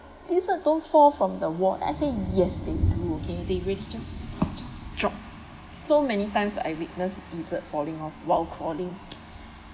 lizard don't fall from the wall I say yes they do okay they really just just drop so many times I witness lizard falling off while crawling